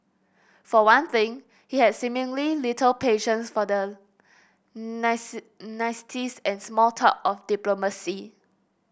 for one thing he had seemingly little patience for the niceties and small talk of diplomacy